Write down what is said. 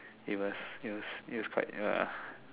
it was it was it was quite ya